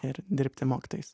ir dirbti mokytojais